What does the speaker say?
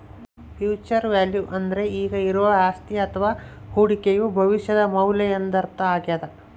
future value ಅಂದ್ರೆ ಈಗ ಇರುವ ಅಸ್ತಿಯ ಅಥವ ಹೂಡಿಕೆಯು ಭವಿಷ್ಯದ ಮೌಲ್ಯ ಎಂದರ್ಥ ಆಗ್ಯಾದ